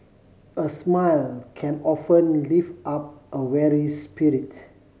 a smile can often lift up a weary spirits